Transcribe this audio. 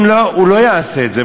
אם לא, הוא לא יעשה את זה.